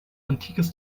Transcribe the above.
antikes